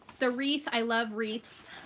the wreath i love wreaths,